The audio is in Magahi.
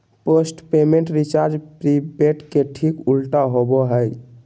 पोस्टपेड रिचार्ज प्रीपेड के ठीक उल्टा होबो हइ